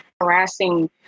harassing